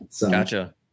Gotcha